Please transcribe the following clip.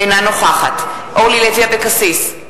אינה נוכחת אורלי לוי אבקסיס,